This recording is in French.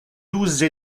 douze